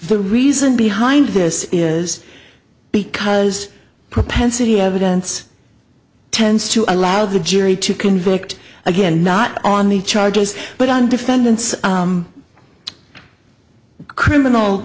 the reason behind this is because propensity evidence tends to allow the jury to convict again not on the charges but on defendant's